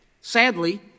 Sadly